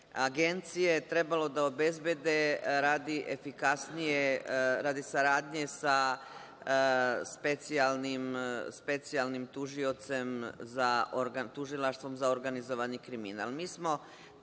agencije trebalo da obezbede radi efikasnije saradnje sa Specijalnim tužilaštvom za organizovani kriminal. Mi